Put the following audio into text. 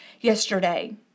yesterday